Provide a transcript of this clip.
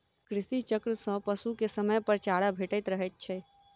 कृषि चक्र सॅ पशु के समयपर चारा भेटैत रहैत छै